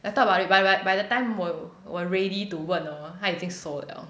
I thought about it but but by the time 我我 ready to 问 hor 他已经 sold liao